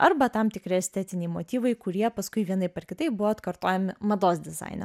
arba tam tikri estetiniai motyvai kurie paskui vienaip ar kitaip buvo atkartojami mados dizaine